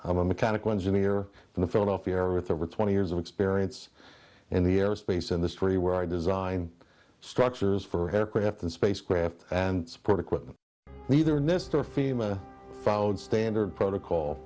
i'm a mechanical engineer in the philadelphia area with over twenty years of experience in the aerospace industry where i design structures for craft and spacecraft and support equipment either mr freeman found standard protocol